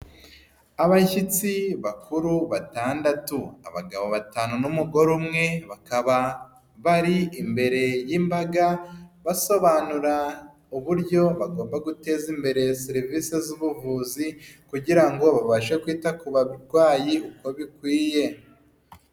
Abashyitsi bakuru batandatu, abagabo batanu n'umugore umwe, bakaba bari imbere y'imbaga, basobanura uburyo bagomba guteza imbere serivisi z'ubuvuzi kugira ngo babashe kwita ku barwayi uko bikwiye.